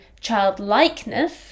childlikeness